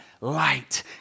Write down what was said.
Light